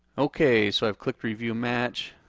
okay, so i've clicked review match,